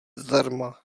zdarma